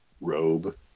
Robe